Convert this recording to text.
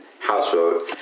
Houseboat